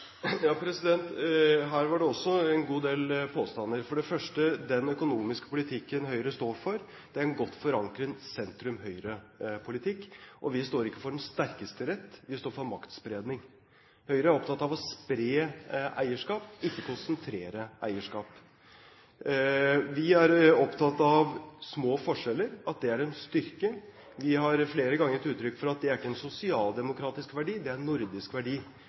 del påstander. For det første er den økonomiske politikken Høyre står for, en godt forankret sentrum–høyre-politikk. Og vi står ikke for den sterkestes rett, vi står for maktspredning. Høyre er opptatt av å spre eierskap, ikke konsentrere eierskap. Vi er opptatt av små forskjeller, at det er en styrke. Vi har flere ganger gitt uttrykk for at det ikke er en sosialdemokratisk verdi, det er en nordisk verdi.